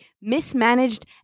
mismanaged